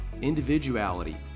individuality